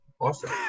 awesome